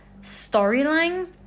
storyline